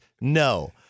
no